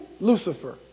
Lucifer